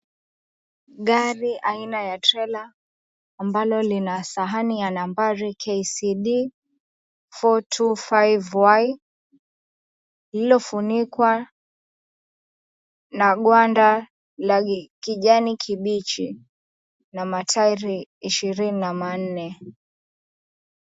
Gari aina ya (cs) Trela(cs) .Ambalo lina sahani ya nambari KCD 425Y.Lilofunikwa na gwanda la kijani kibichi .Na (cs)mataeri(cs) ishirini na manne.